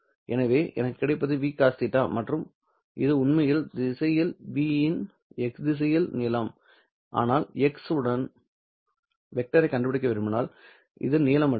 எனவே எனக்கு கிடைப்பது v cos θ மற்றும் இது உண்மையில் திசையில் 'v இன் x திசையில் நீளம் ஆனால் x உடன் வெக்டரைக் கண்டுபிடிக்க விரும்பினால் இது நீளம் மட்டுமே